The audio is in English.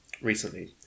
recently